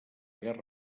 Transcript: guerra